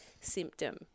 symptom